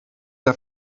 der